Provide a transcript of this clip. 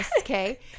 Okay